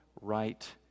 right